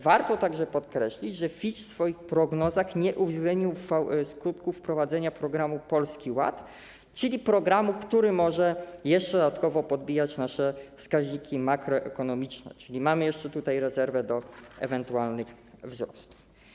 Warto także podkreślić, że Fitch w swoich prognozach nie uwzględnił skutków wprowadzenia programu Polski Ład, programu, który może jeszcze dodatkowo podbijać nasze wskaźniki makroekonomiczne - czyli mamy jeszcze rezerwę w zakresie ewentualnych wzrostów.